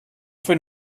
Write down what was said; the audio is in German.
für